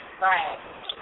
Right